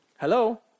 Hello